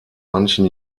manchen